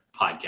podcast